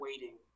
waiting